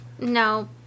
No